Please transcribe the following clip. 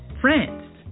France